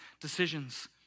decisions